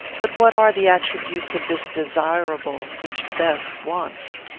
but what are the attributes of this desirable which bess wants?